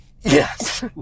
Yes